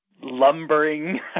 lumbering